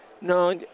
No